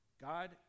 God